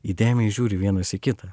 įdėmiai žiūri vienas į kitą